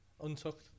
untucked